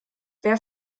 wer